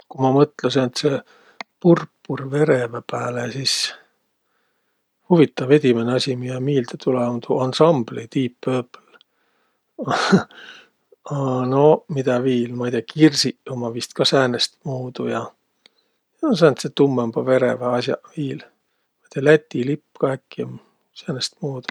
Ku ma mõtlõ sääntse purpurverevä pääle, sis, huvitav, edimäne asi, miä miilde tulõ, um tuu ansambli Deep Purple. A noq, midä viil? Ma'i tiiäq, kirsiq ummaq kah vist säänest muudu ja, ja sääntseq tummõmbaq vereväq as'aq viil. Ma'i tiiäq, Läti lipp ka äkki um säänestmuudu.